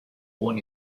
born